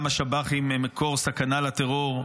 גם השב"חים הם מקור סכנה לטרור.